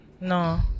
no